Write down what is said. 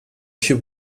should